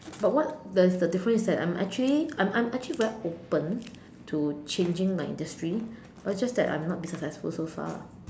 but what is the difference is that I'm actually I'm I'm actually very open to changing my industry but just that I have not been successful so far